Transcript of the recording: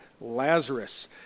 Lazarus